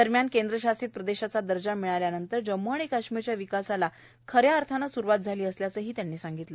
दरम्यान केंद्र शासित प्रदेशाचा दर्जा मिळाल्यानंतर जम्म् आणि काश्मीरच्या विकासाला खऱ्या अर्थाने स्रुवात झाल्याचे त्यांनी सांगितले